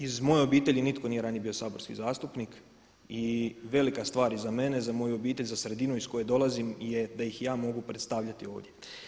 I iz moje obitelji nitko nije ranije bio saborski zastupnik i velika je stvar i za mene i za moju obitelj i za sredinu iz koje dolazim je da ih ja mogu predstavljati ovdje.